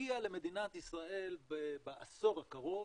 מגיע למדינת ישראל בעשור הקרוב